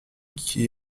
qui